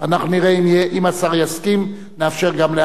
אם השר יסכים נאפשר גם לאריה אלדד.